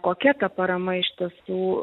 kokia ta parama iš tiesų